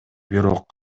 бирок